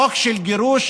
חוק של גירוש,